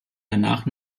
danach